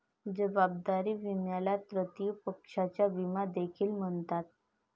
जबाबदारी विम्याला तृतीय पक्षाचा विमा देखील म्हणतात